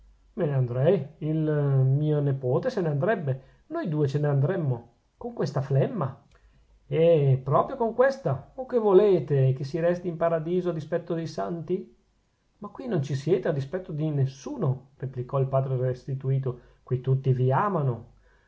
me ne andrei il mio nepote se ne andrebbe noi due ce n'andremmo con questa flemma eh proprio con questa o che volete che si resti in paradiso a dispetto dei santi ma qui non ci siete a dispetto di nessuno replicò il padre restituto qui tutti vi amano